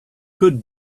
could